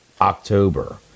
October